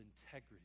integrity